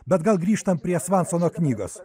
bet gal grįžtam prie svansono knygos